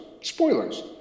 Spoilers